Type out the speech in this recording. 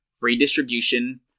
redistribution